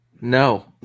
No